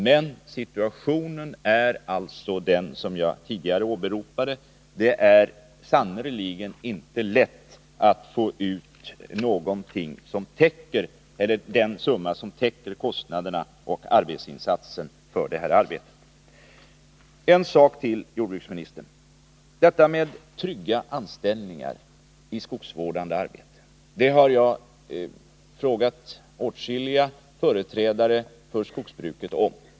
Men situationen är alltså, som jag tidigare åberopat, att det sannerligen inte är lätt att få ut den summa som täcker kostnaderna för arbetet. En sak till: Detta med trygga anställningar i skogsvårdande arbete har jag frågat åtskilliga företrädare för skogsbruket om.